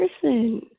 person